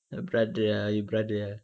your brother ah your brother ah